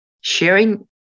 sharing